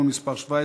אחד נגד.